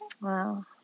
wow